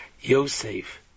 Yosef